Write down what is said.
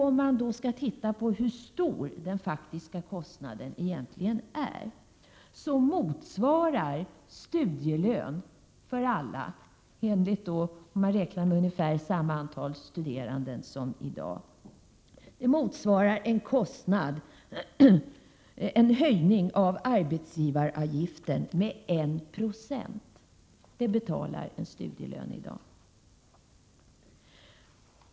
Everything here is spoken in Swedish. Om man då tittar på hur stor den faktiska kostnaden egentligen är, finner man att studielön för alla, om man räknar med ungefär samma antal studerande som i dag, motsvarar en höjning av arbetsgivaravgiften med 1 90. Det betalar en studielön i dag.